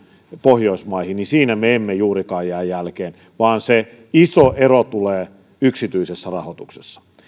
pohjoismaihin niin siinä me emme juurikaan jää jälkeen vaan se iso ero tulee yksityisessä rahoituksessa